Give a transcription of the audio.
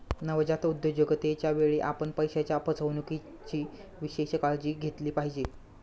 नवजात उद्योजकतेच्या वेळी, आपण पैशाच्या फसवणुकीची विशेष काळजी घेतली पाहिजे